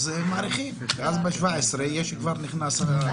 אז מאריכים ואז ב-17 יש כבר נכנס התו הירוק החדש.